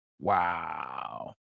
Wow